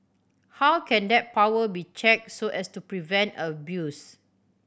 how can that power be checked so as to prevent abuse